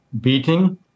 beating